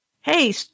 hey